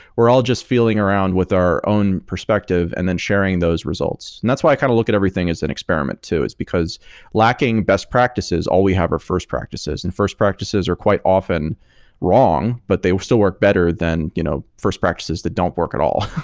we're all just feeling around with our own perspective and then sharing those results. and that's why i kind of look at everything as an experiment too, is because lacking best practices, all we have are first practices, and first practices are quite often wrong, but they will still work better than you know first practices that don't work at all.